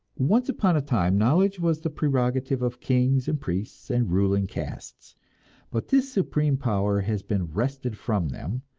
once upon a time knowledge was the prerogative of kings and priests and ruling castes but this supreme power has been wrested from them,